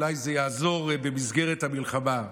אולי זה יעזור במסגרת המלחמה.